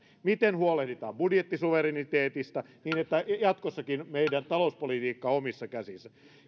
ranskaan miten huolehditaan budjettisuvereniteetista niin että jatkossakin meidän talouspolitiikkamme on omissa käsissä